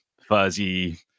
fuzzy